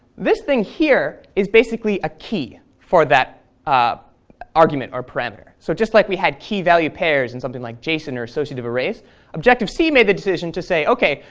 this thing here is basically a key for that um argument or parameter. so just like we had key value pairs and something like json or associative arrays objective-c made the decision to say, okay,